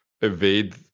Evade